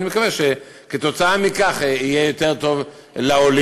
ואני מקווה שכתוצאה מכך יהיה טוב יותר לעולים,